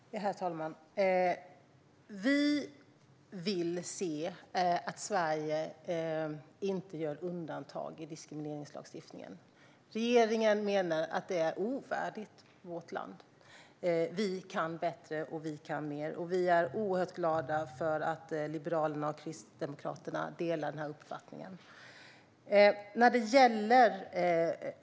Utvidgat skydd mot diskriminering i form av bristande tillgäng-lighet Herr talman! Vi vill se att Sverige inte gör undantag i diskrimineringslagstiftningen. Regeringen menar att det är ovärdigt vårt land. Vi kan bättre, och vi kan mer. Vi är oerhört glada för att Liberalerna och Kristdemokraterna delar den uppfattningen.